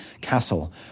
castle